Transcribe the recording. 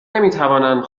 نمیتوانند